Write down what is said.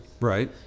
Right